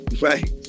Right